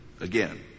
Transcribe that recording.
Again